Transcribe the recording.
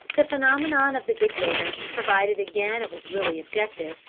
the phenomenon of the big bear, provided again it was really objective,